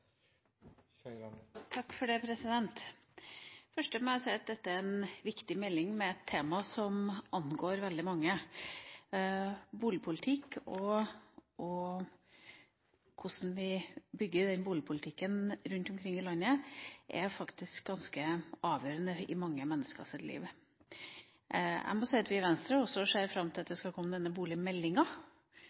handler om folks helse. Først må jeg si at dette er ei viktig melding med et tema som angår veldig mange. Boligpolitikk og hvordan vi former den boligpolitikken rundt omkring i landet, er faktisk ganske avgjørende i mange menneskers liv. Vi i Venstre ser også fram til at denne boligmeldinga skal komme.